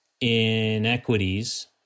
inequities